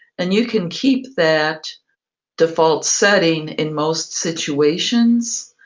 and you can keep that default setting in most situations.